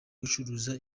gucuruza